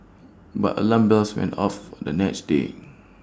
but alarm bells went off the next day